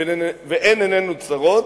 ואין עינינו צרות.